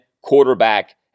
quarterback